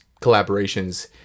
collaborations